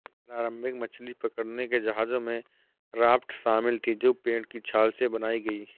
प्रारंभिक मछली पकड़ने के जहाजों में राफ्ट शामिल थीं जो पेड़ की छाल से बनाई गई